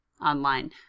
online